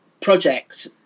project